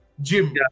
Jim